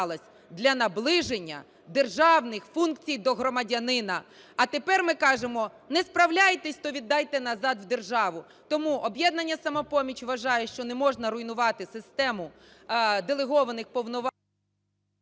Для наближення державних функцій до громадянина. А тепер ми кажемо: не справляєтеся, то віддайте назад у державу. Тому "Об'єднання "Самопоміч" вважає, що не можна руйнувати систему делегованих… ГОЛОВУЮЧИЙ.